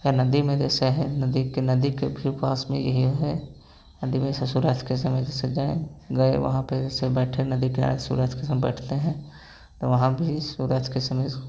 या नदी में जैसे है नदी के नदी के भी पास में यही है नदी में जैसे सूर्यास्त के समय जैसे जाएं गए वहां पे जैसे बैठे नदी के आ सूर्यास्त के समय बैठते हैं तो वहां भी सूर्यास्त के समय